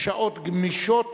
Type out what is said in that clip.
שעות גמישות),